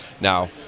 now